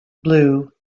blue